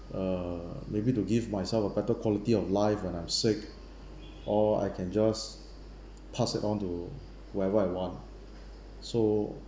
uh maybe to give myself a better quality of life when I'm sick or I can just pass it on to whoever I want so